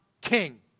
king